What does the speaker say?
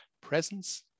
presence